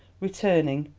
returning,